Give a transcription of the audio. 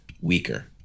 weaker